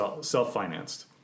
self-financed